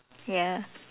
ya